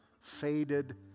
faded